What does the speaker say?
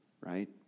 right